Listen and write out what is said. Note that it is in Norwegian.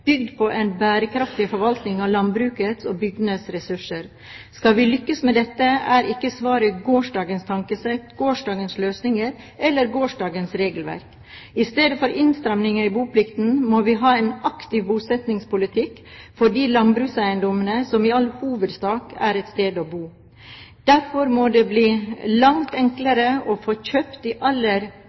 bygd på en bærekraftig forvaltning av landbrukets og bygdenes ressurser. Skal vi lykkes med dette, er ikke svaret gårsdagens tankesett, gårsdagens løsninger eller gårsdagens regelverk. I stedet for innstramninger i boplikten må vi ha en aktiv bosettingspolitikk for de landbrukseiendommene som i all hovedsak er et sted å bo. Derfor må det bli langt enklere å få kjøpt de aller fleste av de 32 000 småbrukene som i